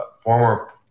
former